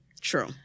true